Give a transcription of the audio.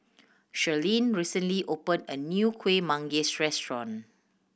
Shirleen recently opened a new Kueh Manggis restaurant